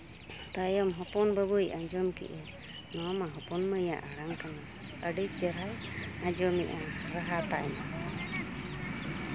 ᱛᱟᱭᱚᱢ ᱦᱚᱯᱚᱱ ᱵᱟᱹᱵᱩᱭ ᱟᱸᱡᱚᱢ ᱠᱮᱜᱼᱟ ᱱᱚᱣᱟ ᱢᱟ ᱦᱚᱯᱚᱱ ᱢᱟᱹᱭᱟᱹ ᱟᱲᱟᱝ ᱠᱟᱱᱟ ᱟᱹᱰᱤ ᱪᱮᱨᱦᱟᱭ ᱟᱸᱡᱚᱢᱮᱜᱼᱟ ᱨᱟᱦᱟ ᱛᱟᱭᱢᱟ